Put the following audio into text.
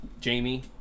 Jamie